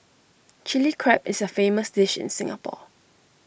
Chilli Crab is A famous dish in Singapore